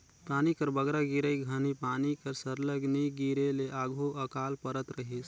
पानी कर बगरा गिरई घनी पानी कर सरलग नी गिरे ले आघु अकाल परत रहिस